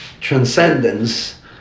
transcendence